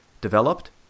developed